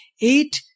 eight